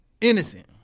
Innocent